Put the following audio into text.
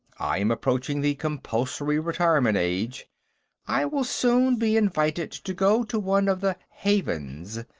i am approaching the compulsory retirement age i will soon be invited to go to one of the havens.